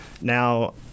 Now